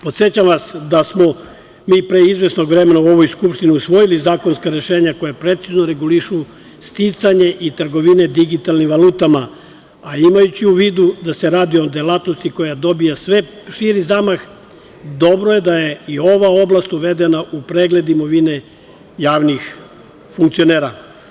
Podsećam vas da smo mi pre izvesnog vremena u ovoj Skupštini usvojili zakonska rešenja koja precizno regulišu sticanje i trgovinu digitalnim valutama, a imajući u vidu da se radi o delatnosti koja dobija sve širi zamah dobro je da je i u ovu oblast uvedena u pregled imovine javnih funkcionera.